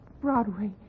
Broadway